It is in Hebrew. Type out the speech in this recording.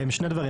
שני דברים.